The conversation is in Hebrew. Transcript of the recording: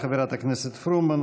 תודה, חברת הכנסת פרומן.